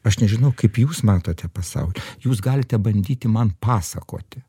aš nežinau kaip jūs matote pasaulį jūs galite bandyti man pasakoti